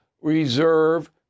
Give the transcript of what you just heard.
reserve